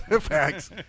Facts